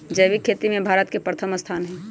जैविक खेती में भारत के प्रथम स्थान हई